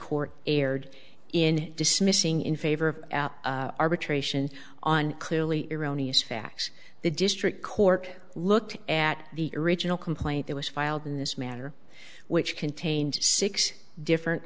court erred in dismissing in favor of arbitration on clearly erroneous facts the district court looked at the original complaint that was filed in this matter which contained six different